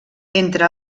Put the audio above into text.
entre